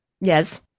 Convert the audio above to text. yes